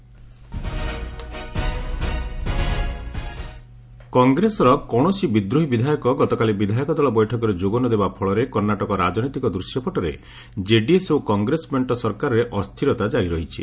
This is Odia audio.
କର୍ଣ୍ଣାଟକ ପଲିଟିକ୍ସ କଂଗ୍ରେସର କୌଣସି ବିଦ୍ରୋହୀ ବିଧାୟକ ଗତକାଲି ବିଧାୟକ ଦଳ ବୈଠକରେ ଯୋଗ ନ ଦେବା ଫଳରେ କର୍ଣ୍ଣାଟକ ରାଜନୈତିକ ଦୂଶ୍ୟପଟରେ ଜେଡିଏସ୍ ଓ କଂଗ୍ରେସ ମେଣ୍ଟ ସରକାରରେ ଅସ୍ଥିରତା କାରି ରହିଛି